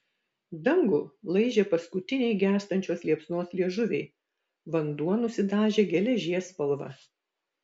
dangų laižė paskutiniai gęstančios liepsnos liežuviai vanduo nusidažė geležies spalva